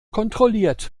kontrolliert